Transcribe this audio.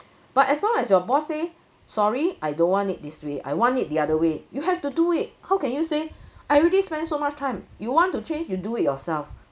but as long as your boss say sorry I don't want it this way I want it the other way you have to do it how can you say I already spend so much time you want to change you do it yourself